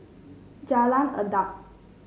Jalan Adat